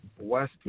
West